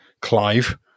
Clive